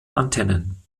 antennen